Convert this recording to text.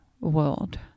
world